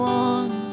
one